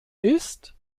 ist